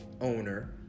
owner